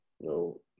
No